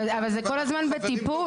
אבל זה כל הזמן בטיפול.